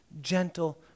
gentle